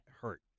hurt